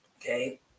okay